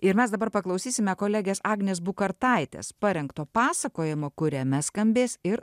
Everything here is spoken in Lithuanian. ir mes dabar paklausysime kolegės agnės bukartaitės parengto pasakojimo kuriame skambės ir